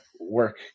work